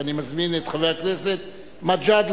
ואני מזמין את חבר הכנסת גאלב מג'אדלה